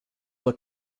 were